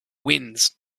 winds